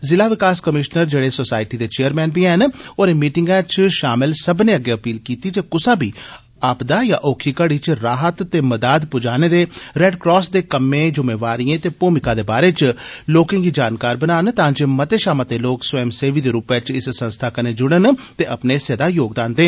ज़िला विकास कमीश्नर जेड़े सोसाईटी दे चेयरमैन बी ऐन होरें मीटिंगै च शामल सब्मनें अग्गे अपील कीती जे कुसै बी आपदा या ओक्खी घड़ी च राह्त ते मदाद पुजाने दे रेड क्रास दे कम्में जुम्मेवारिए दे भूमिका दे बारे च लोकें गी जानकार बनान तां जे मते शा मते लोक स्वयंसेवी दे रूपै च इस संस्था कन्नै जुड़न ते अपने हिस्से दा योगदान देन